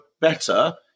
better